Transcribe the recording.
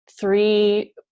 three